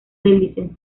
del